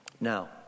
Now